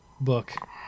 book